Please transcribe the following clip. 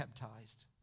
baptized